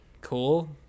Cool